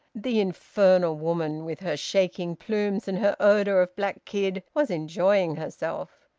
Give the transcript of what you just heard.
the infernal woman, with her shaking plumes and her odour of black kid, was enjoying herself!